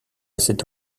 cette